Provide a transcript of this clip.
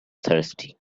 thirsty